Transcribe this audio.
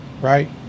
Right